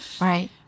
right